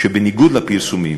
שבניגוד לפרסומים,